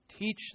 Teach